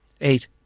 Eight